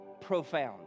profound